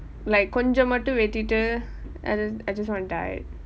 like கொஞ்சம் மட்டும் வெட்டிட்டு:koncham mattum vetittu and I just want it dyed